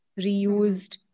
reused